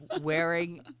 wearing